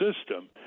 system